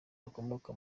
bakomoka